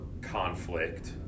conflict